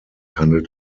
handelt